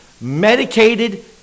medicated